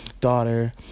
daughter